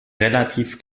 relativ